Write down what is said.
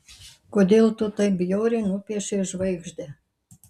kodėl tu taip bjauriai nupiešei žvaigždę